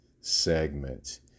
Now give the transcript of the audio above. segment